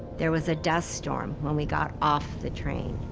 there was a dust storm when we got off the train,